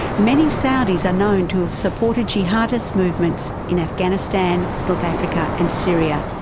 many saudis are known to have supported jihadist movements in afghanistan, north africa and syria.